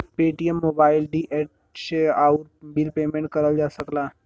Paytm mobile, DTH, आउर bill payment करल जा सकला